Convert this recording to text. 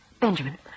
Benjamin